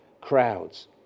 crowds